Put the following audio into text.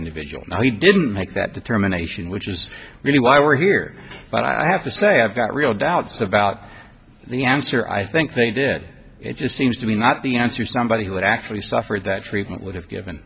individual he didn't make that determination which is really why we're here but i have to say i've got real doubts about the answer i think they did it seems to me not the answer somebody would actually suffer that treatment would have given